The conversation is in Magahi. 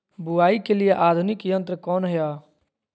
बुवाई के लिए आधुनिक यंत्र कौन हैय?